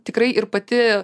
tikrai ir pati